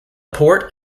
port